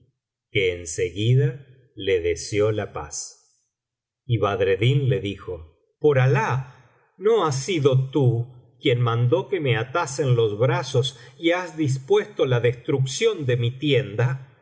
que en seguida le deseó la paz y badreddin le dijo por alah no has sido tú quien mandó que me atasen los brazos y has dispuesto la destrucción de mi tienda